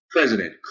President